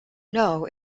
know